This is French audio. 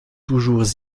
toujours